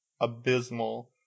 abysmal